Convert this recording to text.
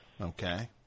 Okay